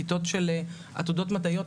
כיתות של עתודות מדעיות,